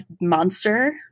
monster